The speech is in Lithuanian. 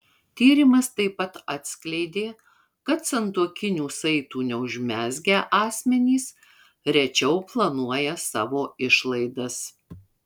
tyrimas taip pat atskleidė kad santuokinių saitų neužmezgę asmenys rečiau planuoja savo išlaidas